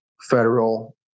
federal